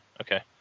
okay